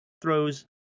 throws